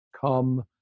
come